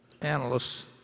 analysts